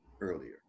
earlier